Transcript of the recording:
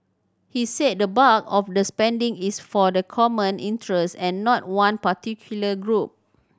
he said the bulk of the spending is for the common interest and not one particular group